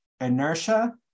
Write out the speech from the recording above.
inertia